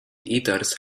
eaters